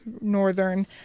northern